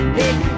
big